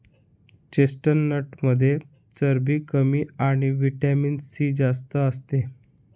चेस्टनटमध्ये चरबी कमी आणि व्हिटॅमिन सी जास्त असते